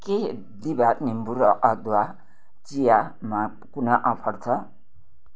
के दिभाद् निम्बु र अदुवा चियामा कुनै अफर छ